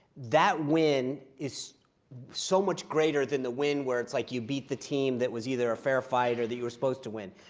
that win is so much greater than the win where it's like you beat the team that was either a fair fight or that you were supposed to win.